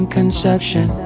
conception